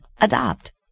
Adopt